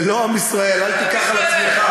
זה לא עם ישראל, אל תיקח על עצמך.